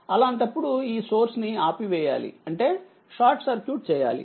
అలాంటప్పుడు ఈ సోర్స్ ని ఆపివేయాలి అంటే షార్ట్సర్క్యూట్ చేయాలి